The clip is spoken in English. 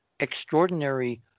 extraordinary